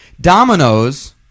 Dominoes